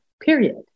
Period